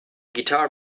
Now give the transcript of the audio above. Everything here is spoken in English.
guitar